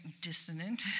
dissonant